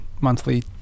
monthly